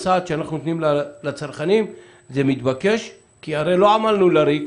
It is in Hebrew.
בסעד שאנחנו נותנים לצרכנים זה מתבקש כי הרי לא עמלנו לריק.